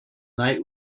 night